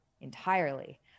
entirely